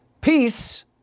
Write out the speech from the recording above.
Peace